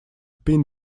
pin